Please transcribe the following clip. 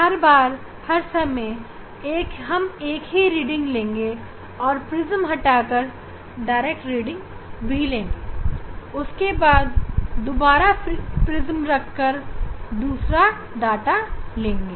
हर बार हर समय हम एक रीडिंग लेंगे और प्रिज्म हटाकर डायरेक्ट रीडिंग भी लेंगे उसके बाद फिर से प्रिज्म रख कर दूसरा डाटा लेंगे